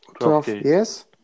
Yes